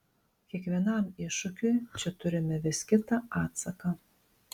kiekvienam iššūkiui čia turime vis kitą atsaką